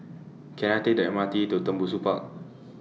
Can I Take The M R T to Tembusu Park